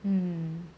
um